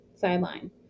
sideline